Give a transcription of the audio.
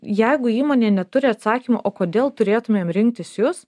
jeigu įmonė neturi atsakymo o kodėl turėtumėm rinktis jus